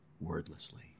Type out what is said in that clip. wordlessly